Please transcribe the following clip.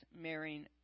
marrying